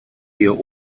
hier